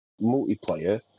multiplayer